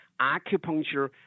acupuncture